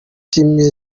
yanashimiye